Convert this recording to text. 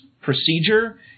procedure